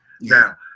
now